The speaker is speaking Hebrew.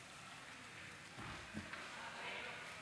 גברתי היושבת-ראש,